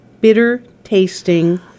bitter-tasting